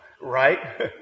right